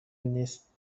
نیست